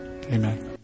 Amen